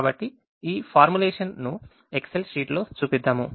కాబట్టి ఈ ఫార్ములేషన్ ను ఎక్సెల్ షీట్ లో చూపిద్దాము